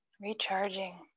Recharging